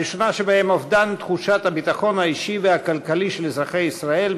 הראשונה שבהן: אובדן תחושת הביטחון האישי והכלכלי של אזרחי ישראל,